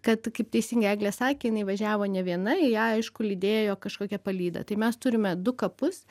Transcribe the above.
kad kaip teisingai eglė sakė jinai važiavo ne viena ją aišku lydėjo kažkokia palyda tai mes turime du kapus